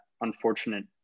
unfortunate